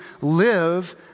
live